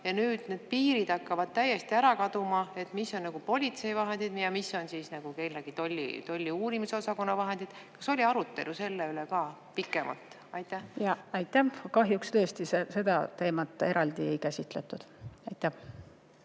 ja nüüd need piirid hakkavad täiesti ära kaduma, mis on nagu politsei vahendid ja mis on siis nagu tolli uurimisosakonna vahendid. Kas oli arutelu selle üle ka pikemalt? Aitäh! Kahjuks tõesti seda teemat eraldi ei käsitletud. Kalle